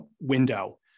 window